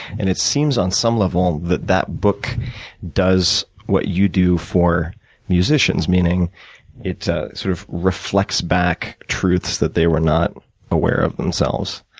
and, it seems on some level, um that that book does what you do for musicians. meaning that it sort of reflects back truths that they were not aware of themselves,